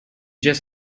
just